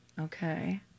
Okay